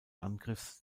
angriffs